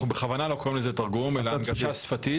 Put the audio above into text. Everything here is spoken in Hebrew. אנחנו בכוונה לא קוראים לזה תרגום אלא הנגשה שפתית.